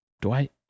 Dwight